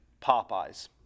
Popeyes